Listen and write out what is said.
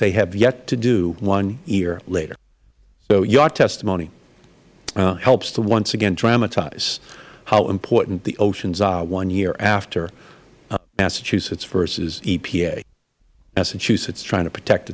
they have yet to do one year later so your testimony helps to once again dramatize how important the oceans are one year after massachusetts versus epa massachusetts trying to protect